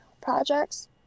projects